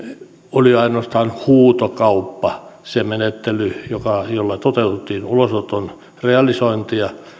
oli ainoastaan huutokauppa se menettely jolla toteutettiin ulosoton realisointia